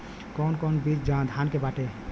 कौन कौन बिज धान के बाटे?